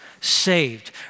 saved